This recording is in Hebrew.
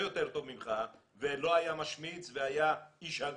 יותר טוב ממך ולא היה משמיץ והיה איש הגון.